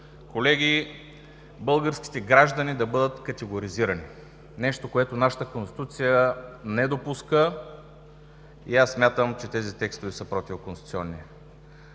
колеги, българските граждани да бъдат категоризирани. А това е нещо, което нашата Конституция, не допуска и аз смятам, че тези текстове са противоконституционни.